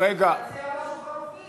הרב דרעי, תציע משהו חלופי.